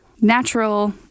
natural